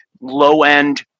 low-end